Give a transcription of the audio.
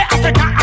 Africa